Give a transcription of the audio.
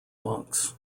monks